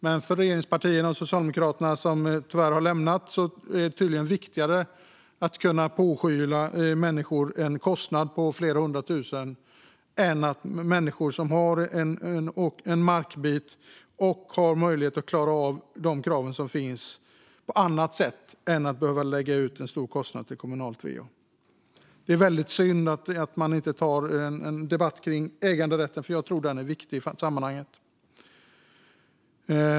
Men för regeringspartierna, eller för Socialdemokraterna, som tyvärr har lämnat kammaren, är det tydligen viktigare att kunna pådyvla människor en kostnad på flera hundra tusen än att människor som har en markbit har möjlighet att klara av de krav som finns på annat sätt än genom att lägga ut en stor summa för kommunalt va. Det är väldigt synd att man inte tar en debatt kring äganderätten, för jag tror att den är viktig i sammanhanget.